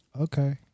Okay